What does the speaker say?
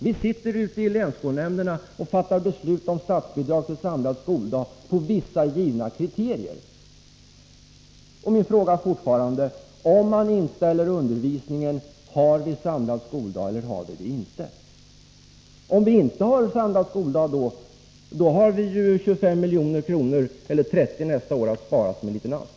Ni sitter i länsskolnämnderna och fattar beslut om statsbidrag till samlad skoldag på vissa givna kriterier. Min fråga är fortfarande: Om man inställer undervisningen, har vi då samlad skoldag eller har vi det inte? Om vi inte har samlad skoldag, så har vi ju 30 milj.kr. nästa år att spara — som i en liten ask.